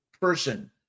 person